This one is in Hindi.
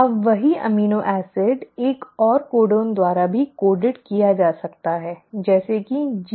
अब वही एमिनो एसिड एक और कोडन द्वारा भी कोडिड किया जा सकता है जैसे की GGC